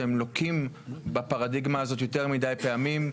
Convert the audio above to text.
שהם לוקים בפרדיגמה הזאת יותר מידי פעמים.